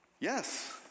Yes